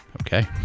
Okay